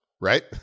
right